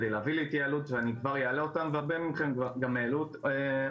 כדי להביא להתייעלות ואני כבר אעלה אותן והרבה מכם גם העלו אותן,